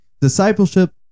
Discipleship